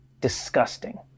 disgusting